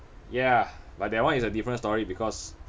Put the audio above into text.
ya but that one is a different story because